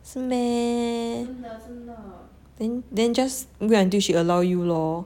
是 meh then then just wait until she allow you lor